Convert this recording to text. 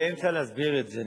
אני בדיוק באמצע ההסבר של זה.